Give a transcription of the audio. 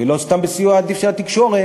ולא סתם בסיוע אדיב של התקשורת,